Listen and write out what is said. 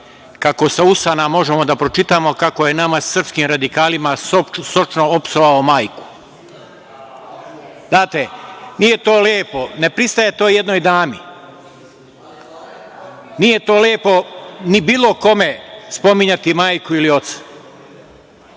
kako sa usana možemo da pročitamo kako je nama, srpskim radikalima, sočno opsovao majku. Znate, nije to lepo, ne pristaje to jednoj dami. Nije lepo bilo kome spominjati majku ili oca. Ima